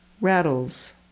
rattles